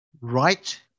right